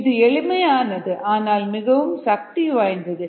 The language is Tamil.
இது எளிமையானது ஆனால் மிகவும் சக்தி வாய்ந்தது